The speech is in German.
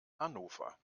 hannover